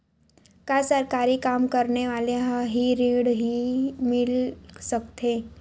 का सरकारी काम करने वाले ल हि ऋण मिल सकथे?